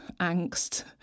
angst